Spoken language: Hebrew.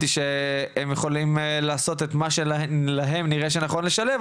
היא שהם יכולים לעשות את מה שלהם נראה שנכון לשלב,